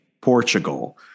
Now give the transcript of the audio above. Portugal